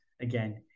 again